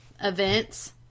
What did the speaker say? events